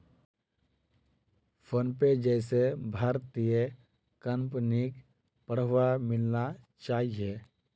PhonePe जैसे भारतीय कंपनिक बढ़ावा मिलना चाहिए